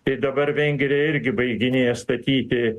tai dabar vengrija irgi baiginėja statyti